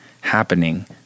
happening